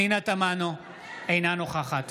אינה נוכחת